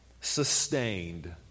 sustained